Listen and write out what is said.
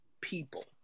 people